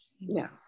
yes